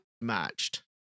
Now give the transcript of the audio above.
matched